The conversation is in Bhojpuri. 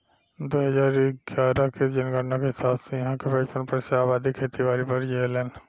दू हजार इग्यारह के जनगणना के हिसाब से इहां के पचपन प्रतिशत अबादी खेती बारी पर जीऐलेन